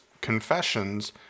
confessions